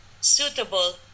suitable